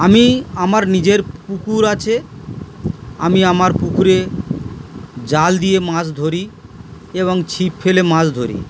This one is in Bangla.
আমি আমার নিজের পুকুর আছে আমি আমার পুকুরে জাল দিয়ে মাছ ধরি এবং ছিপ ফেলে মাছ ধরি